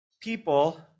people